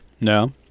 No